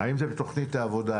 האם זה בתוכנית העבודה?